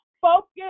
focus